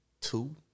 two